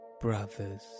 brothers